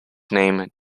name